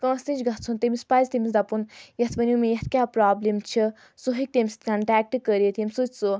کٲنٛسہِ نِش گژھُن تٔمِس پَزِ تٔمِس دَپُن یَتھ ؤنِو مےٚ یَتھ کیاہ پرابلِم چھِ سُہ ہیٚکہِ تٔمِس کَنٹیکٹہٕ کٔرِتھ ییٚمہِ سۭتۍ سُہ